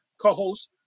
co-host